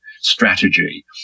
strategy